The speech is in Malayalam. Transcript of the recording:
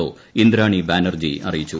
ഒ ഇന്ദ്രാണി ബാനർജി അറിയിച്ചു